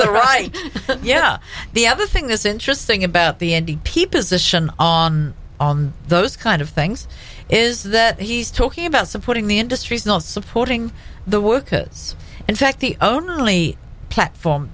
the right yeah the other thing that's interesting about the n d p position on all those kind of things is that he's talking about supporting the industries not supporting the workers in fact the only platform